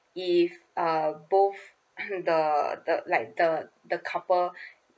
if uh both the the like the the couple